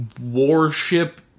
warship